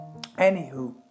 anywho